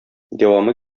дәвамы